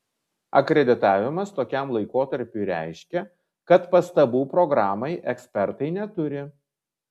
akreditavimas tokiam laikotarpiui reiškia kad pastabų programai ekspertai neturi